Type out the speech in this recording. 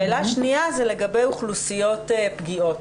שאלה שנייה זה לגבי אוכלוסיות פגיעות.